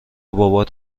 بابات